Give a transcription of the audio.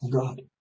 God